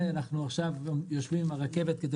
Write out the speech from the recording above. עכשיו אנחנו יושבים עם אנשי הרכבת כדי